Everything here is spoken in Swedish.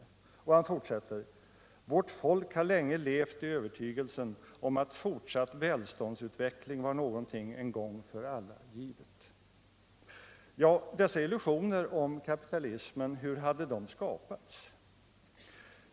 Herr Bohman fortsätter: ” Vårt folk har länge levt i övertygelsen om att fortsatt välståndsutveckling var någonting en gång för alla givet.” | Men hur har dessa illusioner om kapitalismen skapats?